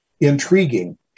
intriguing